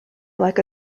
like